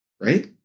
Right